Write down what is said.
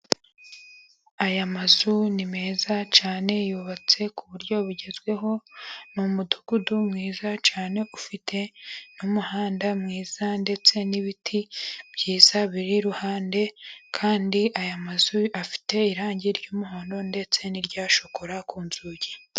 Aya mazu ni meza cyane, yubatse ku buryo bugezweho ni umudugudu mwiza cyane, ufite n'umuhanda mwiza ndetse n'ibiti byiza biri iruhande. Kandi aya mazu afite irangi ry'umuhondo ndetse n'irya shokora ku nzugi.